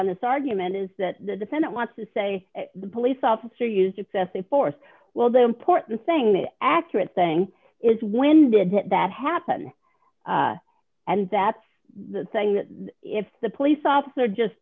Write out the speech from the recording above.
in this argument is that the defendant wants to say the police officer used excessive force well the important thing that accurate thing is when did that happen and that's the thing that if the police officer just